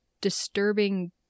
disturbing